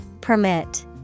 Permit